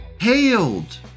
hailed